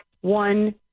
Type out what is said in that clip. one